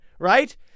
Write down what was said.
right